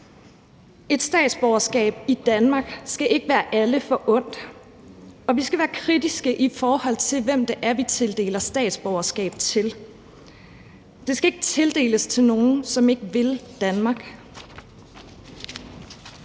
Et statsborgerskab i Danmark skal ikke være alle forundt, og vi skal være kritiske, i forhold til hvem det er, vi tildeler statsborgerskab. Det skal ikke tildeles nogen, som ikke vil Danmark.